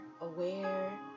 aware